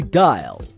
dial